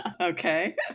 Okay